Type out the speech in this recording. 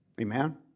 Amen